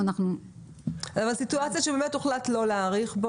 בסיטואציה שהוחלט לא להאריך?